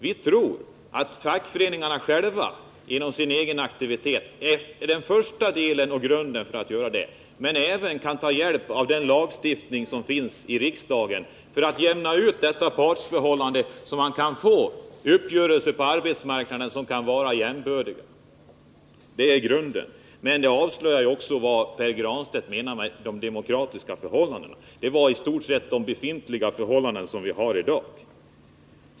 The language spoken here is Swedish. Vi tror att fackföreningarnas egen aktivitet är en första förutsättning för att det skall kunna ske. Men de måste även ha hjälp av lagar som riksdagen stiftar för att kunna jämna ut detta partsförhållande och få uppgörelser på arbetsmarknaden som kan vara jämbördiga. Detta är grunden. Här avslöjades vad Pär Granstedt menar med demokratiska förhållanden — det är i stort sett de förhållanden som vi i dag har.